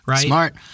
smart